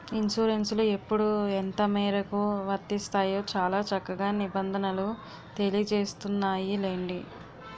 ఇన్సురెన్సులు ఎప్పుడు ఎంతమేరకు వర్తిస్తాయో చాలా చక్కగా నిబంధనలు తెలియజేస్తున్నాయిలెండి